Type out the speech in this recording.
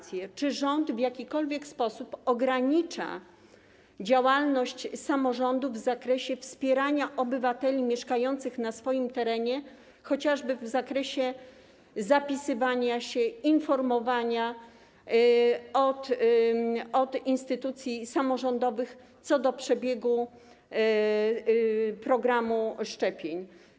Czy rząd w jakikolwiek sposób ogranicza działalność samorządów w zakresie wspierania obywateli mieszkających na swoim terenie, chociażby w zakresie zapisywania się, informowania - chodzi o instytucje samorządowe - co do przebiegu programu szczepień?